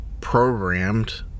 programmed